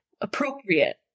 appropriate